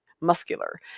muscular